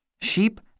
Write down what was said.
Sheep